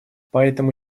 поэтому